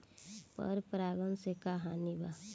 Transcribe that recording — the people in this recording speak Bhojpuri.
पर परागण से का हानि बा?